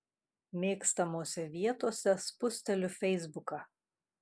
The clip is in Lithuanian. mėgstamose vietose spusteliu feisbuką